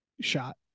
shot